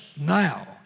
now